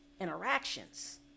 interactions